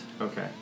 Okay